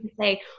say